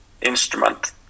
instrument